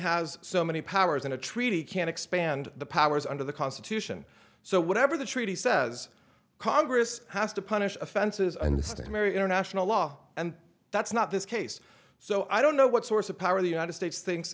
has so many powers and a treaty can expand the powers under the constitution so whatever the treaty says congress has to punish offenses understand mary international law and that's not this case so i don't know what source of power the united states thinks